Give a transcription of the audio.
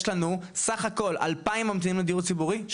יש לנו סך הכול 2,000-3,000 ממתינים לדיור הציבורי,